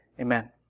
Amen